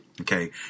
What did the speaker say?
okay